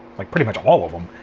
like pretty much all of them,